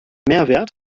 mehrwert